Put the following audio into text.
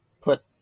put